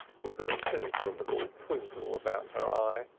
with a cynical little twinkle about her eye.